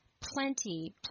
plenty